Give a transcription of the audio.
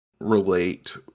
relate